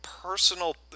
Personal